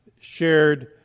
shared